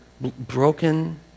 broken